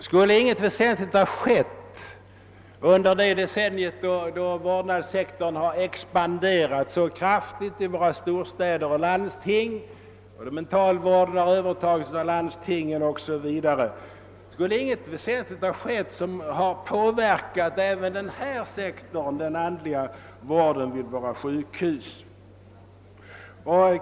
Skulle verkligen under detta decennium, då vårdnadssektorn har expanderat så kraftigt i våra storstäder och landsting och då mentalvården övertagits av landstingen, ingenting väsentligt ha inträffat som har konsekvenser också för den andliga vården vid våra sjukhus?